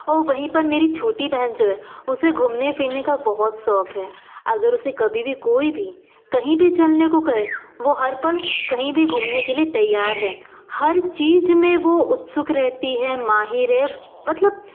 और वहीं पर मेरी छोटी बहन जो है उसे घूमने फिरने का बहुत शौक़ है अगर उसे कभी भी कोई भी कहीं भी चलने को कहे वह हर पल कहीं भी घूमने के लिए तैयार है हर चीज़ में वह उत्सुक रहती है माहिर है मतलब